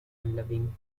unloving